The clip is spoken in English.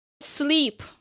Sleep